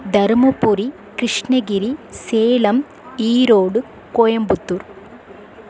Dharmapuri Krishnagiri Salem Erode Coimbatore